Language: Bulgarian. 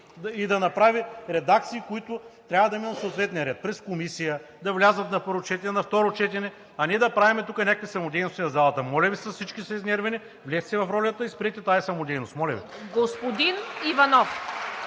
и да направи редакции, които трябва да минат по съответния ред: през комисия, да влязат на първо четене, на второ четене, а не да правим тук някакви самодейности в залата. Моля Ви се, всички са изнервени, влезте си в ролята и спрете тази самодейност. Моля Ви.